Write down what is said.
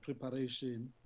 preparation